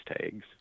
tags